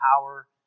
power